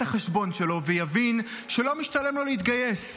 החשבון שלו ויבין שלא משתלם לו להתגייס.